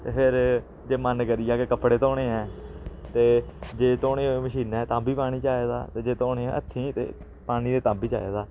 ते फिर जे मन करी गेआ कि कपड़े धोने ऐ ते जे धोने होऐ मशीना च तां बी पानी चाहिदा ते जे धोने होने ऐ हत्थी पानी ते तां बी चाहिदा